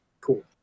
Cool